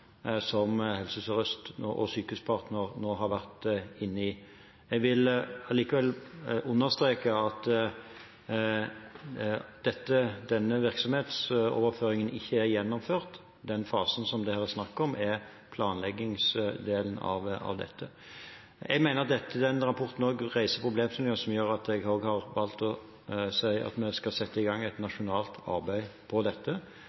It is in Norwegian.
som Helse Sør-Øst og Sykehuspartner nå har vært inne i. Jeg vil likevel understreke at denne virksomhetsoverføringen ikke er gjennomført. Den fasen som det her er snakk om, er planleggingsdelen av dette. Jeg mener at denne rapporten også reiser problemstillinger som gjør at jeg har valgt å si at vi skal sette i gang et nasjonalt arbeid på dette,